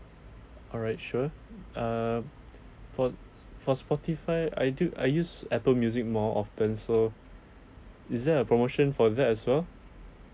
alright sure err for for spotify I do I use apple music more often so is there a promotion for that as well